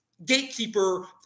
gatekeeper